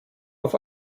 auf